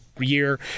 year